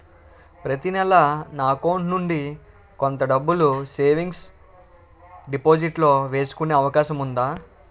ప్రతి నెల నా అకౌంట్ నుండి కొంత డబ్బులు సేవింగ్స్ డెపోసిట్ లో వేసుకునే అవకాశం ఉందా?